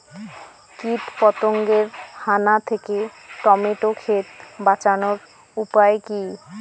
কীটপতঙ্গের হানা থেকে টমেটো ক্ষেত বাঁচানোর উপায় কি?